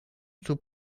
zur